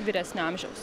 vyresnio amžiaus